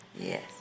Yes